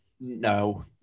No